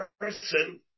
person